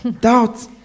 Doubt